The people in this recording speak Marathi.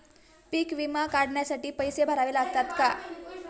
पीक विमा काढण्यासाठी पैसे भरावे लागतात का?